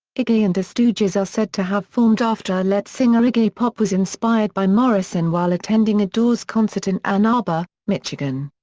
iggy and the stooges are said to have formed after lead singer iggy pop was inspired by morrison while attending a doors concert in ann arbor, michigan.